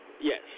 Yes